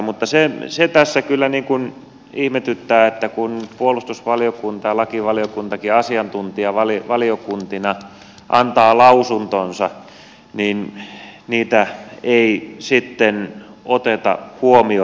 mutta se tässä kyllä ihmetyttää että kun puolustusvaliokunta ja lakivaliokuntakin asiantuntijavaliokuntina antavat lausuntonsa niin niitä ei sitten oteta huomioon